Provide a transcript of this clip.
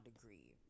degree